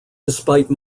despite